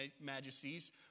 majesties